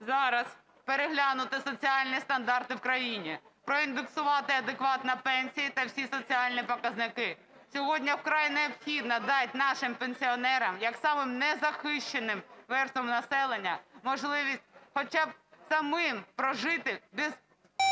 зараз переглянути соціальні стандарти в країні, проіндексувати адекватно пенсії та всі соціальні показники. Сьогодні вкрай необхідно дати нашим пенсіонерам як самим незахищеним верствам населення можливість хоча б самим прожити без